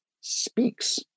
speaks